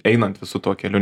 einant visu tuo keliu